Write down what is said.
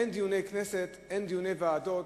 אין דיוני כנסת, אין דיוני ועדות,